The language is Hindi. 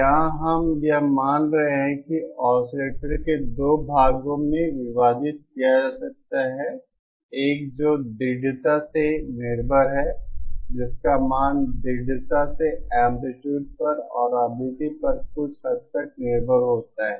यहां हम यह मान रहे हैं कि इस ऑसिलेटर को दो भागों में विभाजित किया जा सकता है एक जो दृढ़ता से निर्भर है जिसका मान दृढ़ता से एंप्लीट्यूड पर और आवृत्ति पर कुछ हद तक निर्भर होता है